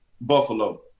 Buffalo